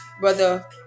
Brother